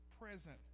present